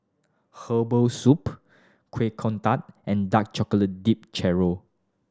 herbal soup Kuih Kodok and dark chocolate dipped churro